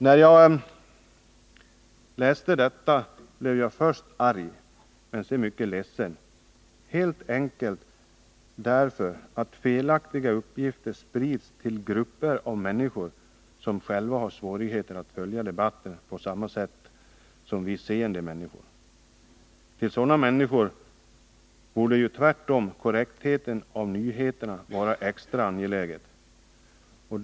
När jag läste artikeln blev jag först arg, men sedan mycket ledsen, helt enkelt därför att felaktiga uppgifter på detta vis sprids till grupper av människor som själva har svårigheter att följa debatten på det sätt som vi seende människor kan göra. När det gäller nyheter som sprids till de människorna borde korrektheten vara extra angelägen.